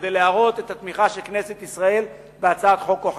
כדי להראות את התמיכה של כנסת ישראל בהצעת חוק כה חשובה.